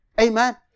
Amen